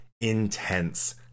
intense